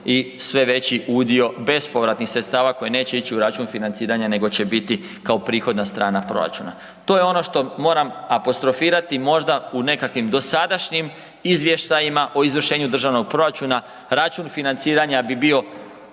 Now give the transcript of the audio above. i sve veći udio bespovratnih sredstava koji neće ić u račun financiranja nego će biti kao prihodna strana proračuna. To je ono što moram apostrofirati možda u nekakvim dosadašnjim izvještajima o izvršenju državnog proračuna, račun financiranja bi bio